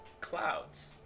Clouds